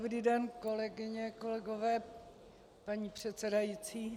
Dobrý den, kolegyně, kolegové, paní předsedající.